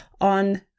on